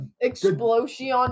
Explosion